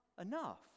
enough